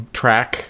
track